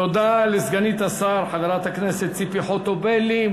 תודה לסגנית השר חברת הכנסת ציפי חוטובלי.